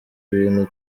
ibintu